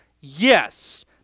Yes